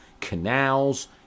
canals